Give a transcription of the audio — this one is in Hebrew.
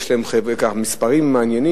יש להן גם מספרים מעניינים,